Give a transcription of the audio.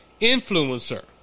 influencer